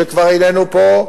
שכבר איננו פה,